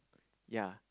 yea